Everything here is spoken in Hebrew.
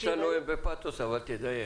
אתה מדבר בפאתוס, אבל תדייק.